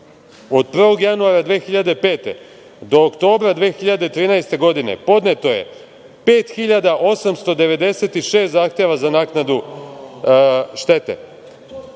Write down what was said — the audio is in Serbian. Od 1. januara 2005. do oktobra 2013. godine podneto je 5.896 zahteva za naknadu štete. Da